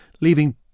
leaving